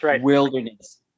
wilderness